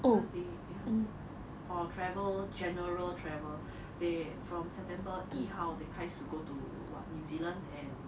because they ya for travel general travel they from september 一号 they 开始 go to what new zealand and